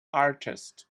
artist